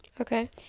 Okay